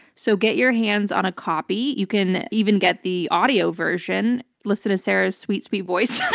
so get your hands on a copy. you can even get the audio version, listen to sarah's sweet, sweet voice.